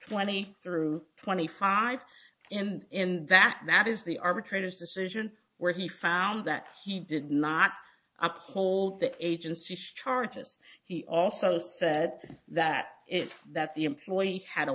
twenty through twenty five and in that that is the arbitrator's decision where he found that he did not uphold the agency's charges he also said that if that the employee had a